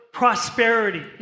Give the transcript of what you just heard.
prosperity